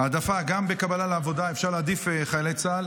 העדפה גם בקבלה לעבודה, אפשר להעדיף חיילי צה"ל